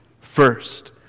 first